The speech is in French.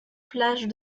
plage